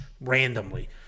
randomly